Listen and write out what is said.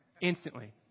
instantly